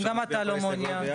גם אתה לא מעוניין.